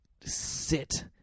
sit